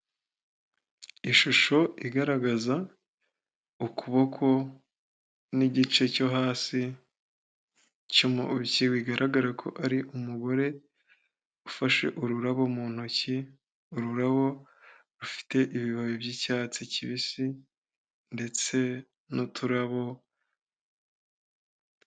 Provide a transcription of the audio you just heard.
Ishusho igaragaza ukuboko n'igice cyo hasi cyo mu ntoki bigaragara ko ari umugore ufashe ururabo mu ntoki, ururabo rufite ibibabi by'icyatsi kibisi ndetse n'uturabo.